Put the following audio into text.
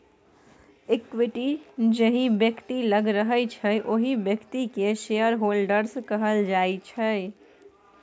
equity जाहि बेकती लग रहय छै ओहि बेकती केँ शेयरहोल्डर्स कहल जाइ छै